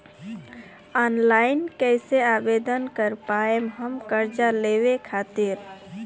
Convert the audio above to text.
Online कइसे आवेदन कर पाएम हम कर्जा लेवे खातिर?